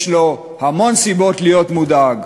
יש לו המון סיבות להיות מודאג.